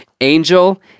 Angel